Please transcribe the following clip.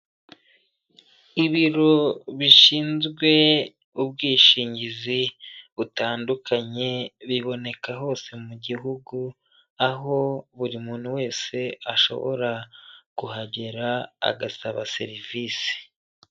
Ibiro bishinzwe ubwishingizi butandukanye biboneka hose mu gihugu, aho buri muntu wese ashobora kuhagera agasaba serivisi.